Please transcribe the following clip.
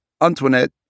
Antoinette